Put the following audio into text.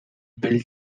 built